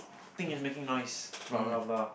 think you making noise blah blah blah